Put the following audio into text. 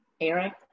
Eric